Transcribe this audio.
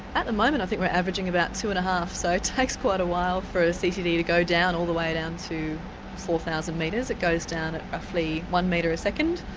at the moment i think we're averaging about two and a half, so it takes quite a while for a ctd to go down all the way down to four thousand metres. it goes down at roughly one metre a second.